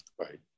Right